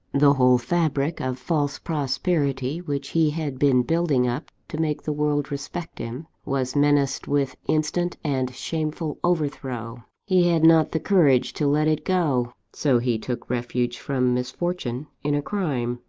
the whole fabric of false prosperity which he had been building up to make the world respect him, was menaced with instant and shameful overthrow. he had not the courage to let it go so he took refuge from misfortune in a crime.